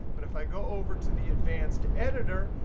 but if i go over to the advanced editor,